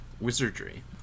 Wizardry